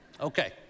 Okay